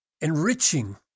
enriching